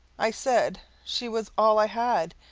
i said, she was all i had,